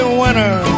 winner